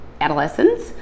adolescents